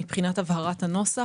מבחינת הבהרת הנוסח,